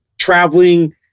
traveling